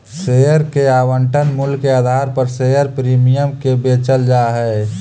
share के आवंटन मूल्य के आधार पर शेयर प्रीमियम के बेचल जा हई